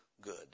good